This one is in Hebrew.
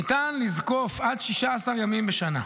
ניתן לזקוף עד 16 ימים בשנה,